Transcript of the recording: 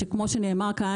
שכמו שנאמר כאן,